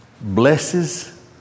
blesses